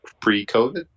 pre-COVID